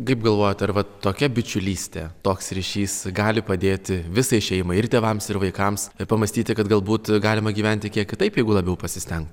kaip galvojat ar va tokia bičiulystė toks ryšys gali padėti visai šeimai ir tėvams ir vaikams ir pamąstyti kad galbūt galima gyventi kiek kitaip jeigu labiau pasistenk